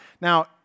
Now